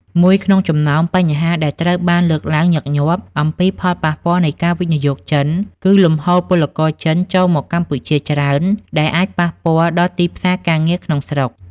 មួយក្នុងចំណោមបញ្ហាដែលត្រូវបានលើកឡើងញឹកញាប់អំពីផលប៉ះពាល់នៃការវិនិយោគចិន គឺលំហូរពលករចិនចូលមកកម្ពុជាច្រើន ដែលអាចប៉ះពាល់ដល់ទីផ្សារការងារក្នុងស្រុក។